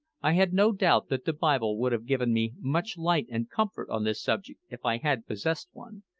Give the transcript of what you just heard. i had no doubt that the bible would have given me much light and comfort on this subject if i had possessed one,